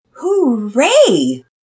Hooray